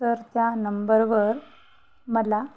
तर त्या नंबरवर मला